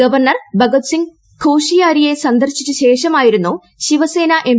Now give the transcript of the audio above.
ഗവർണ്ൺ ഭഗത് സിംഗ് ഖോഷിയാരിയെ സന്ദർശിച്ച ശേഷമായിരുന്നു ശിവസേന്റ്എം്